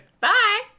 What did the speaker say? Bye